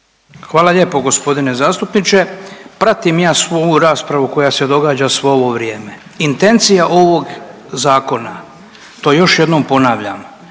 Hvala lijepo gospodine zastupniče. Pratim ja svu ovu raspravu koja se događa svo ovo vrijeme. Intencija ovog zakona, to još jednom ponavljam